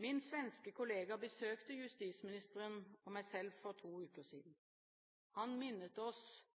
Min svenske kollega besøkte justisministeren og meg selv for to uker siden.